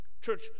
church